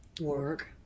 work